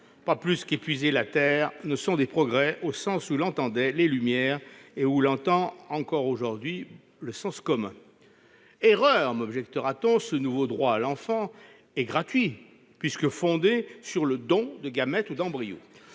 pas plus qu'épuiser la Terre ne sont des progrès au sens où l'entendaient les Lumières et où l'entend encore aujourd'hui le sens commun ! Erreur, m'objectera-t-on : ce nouveau droit à l'enfant est gratuit, puisqu'il est fondé sur le don de gamètes ou d'embryons.